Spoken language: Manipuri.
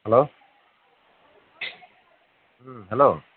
hello um hello